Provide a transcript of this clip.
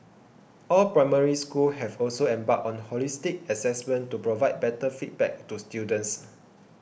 all Primary Schools have also embarked on holistic assessment to provide better feedback to students